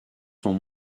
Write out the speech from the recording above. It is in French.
sont